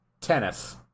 Tennis